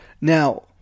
Now